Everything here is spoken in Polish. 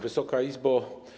Wysoka Izbo!